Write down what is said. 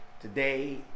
today